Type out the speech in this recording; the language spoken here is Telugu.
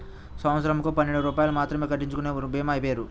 సంవత్సరంకు పన్నెండు రూపాయలు మాత్రమే కట్టించుకొనే భీమా పేరు?